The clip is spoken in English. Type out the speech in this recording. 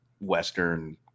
Western